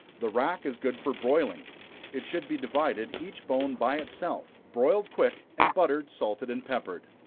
the rack is good for broiling it should be divided, each bone by itself, broiled quick, and buttered, salted and peppered.